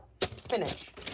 spinach